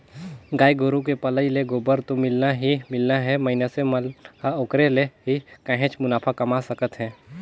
गाय गोरु के पलई ले गोबर तो मिलना ही मिलना हे मइनसे मन ह ओखरे ले ही काहेच मुनाफा कमा सकत हे